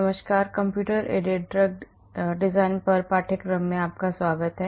नमस्कार computer aided drug design पर पाठ्यक्रम में आपका स्वागत है